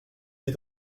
des